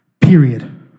period